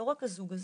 לא רק הזוג הזה.